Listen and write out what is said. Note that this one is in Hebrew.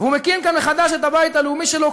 והוא מקים כאן מחדש את הבית החדש שלו,